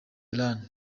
iran